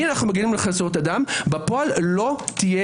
מגינים על זכויות אדם - בפועל לא תהיה